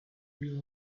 real